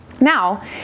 Now